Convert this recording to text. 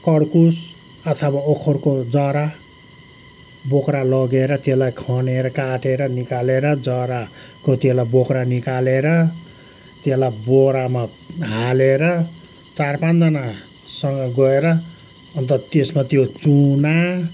कड्कुस अथवा ओखरको जरा बोक्रा लगेर त्यसलाई खनेर काटेर निकालेर जराको त्यसलाई बोक्रा निकालेर त्यसलाई बोरामा हालेर चार पाँचजनासँग गएर अन्त त्यसमा त्यो चुना